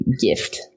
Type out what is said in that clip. Gift